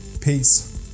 Peace